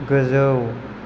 गोजौ